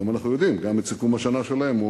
היום אנחנו יודעים גם את סיכום השנה שלהם,